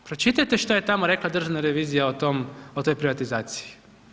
Pročitajte što je tamo rekla državna revizija o toj privatizaciji.